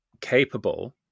capable